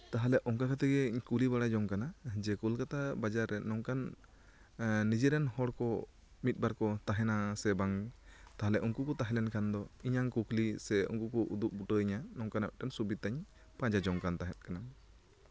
ᱛᱟᱦᱚᱞᱮ ᱚᱱᱠᱟ ᱠᱟᱛᱮᱜ ᱜᱮ ᱠᱩᱞᱤ ᱵᱟᱲᱟ ᱡᱚᱝ ᱠᱟᱱᱟ ᱡᱮ ᱠᱳᱞᱠᱟᱛᱟ ᱵᱟᱡᱟᱨ ᱨᱮ ᱱᱚᱝᱠᱟᱱ ᱱᱤᱡᱮᱨᱮᱱ ᱦᱚᱲ ᱠᱚ ᱢᱤᱫᱵᱟᱨ ᱠᱚ ᱛᱟᱦᱮᱱᱟ ᱥᱮ ᱵᱟᱝ ᱛᱟᱦᱚᱞᱮ ᱩᱱᱠᱩ ᱠᱚ ᱛᱟᱦᱮᱸ ᱞᱮᱱᱠᱷᱟᱱ ᱫᱚ ᱤᱧᱟᱹᱜ ᱠᱩᱠᱞᱤ ᱥᱮ ᱩᱱᱠᱩ ᱠᱚ ᱩᱫᱩᱜ ᱵᱩᱴᱟᱹ ᱤᱧᱟᱹ ᱱᱚᱝᱠᱟᱱᱟᱜ ᱢᱤᱫᱴᱟᱝ ᱥᱩᱵᱤᱫᱷᱟᱧ ᱯᱟᱸᱡᱟ ᱡᱚᱝ ᱠᱟᱱ ᱛᱟᱦᱮᱸᱜ ᱠᱟᱱᱟ